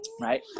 right